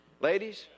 ladies